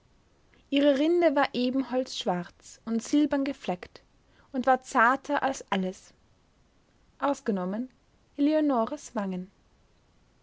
ihre rinde war ebenholzschwarz und silbern gefleckt und war zarter als alles ausgenommen eleonoras wangen